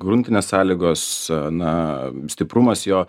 gruntinės sąlygos na stiprumas jo